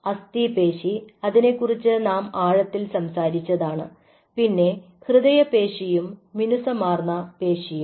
അസ്ഥിപേശി അതിനെക്കുറിച്ച് നാം ആഴത്തിൽ സംസാരിച്ചതാണ് പിന്നെ ഹൃദയ പേശിയും മിനുസമാർന്ന പേശിയും